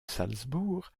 salzbourg